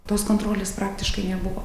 tos kontrolės praktiškai nebuvo